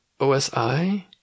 OSI